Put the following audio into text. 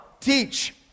teach